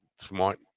smart